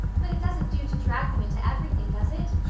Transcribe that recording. but it doesn't do to drag them into everything, does it?